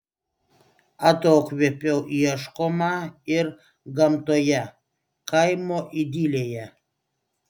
atokvėpio ieškoma ir gamtoje kaimo idilėje